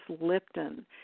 Lipton